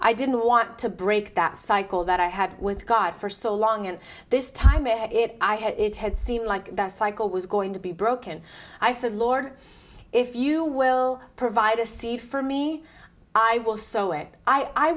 i didn't want to break that cycle that i had with god for so long and this time it it i had it had seemed like cycle was going to be broken i said lord if you will provide a seed for me i will sew it i